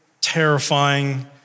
terrifying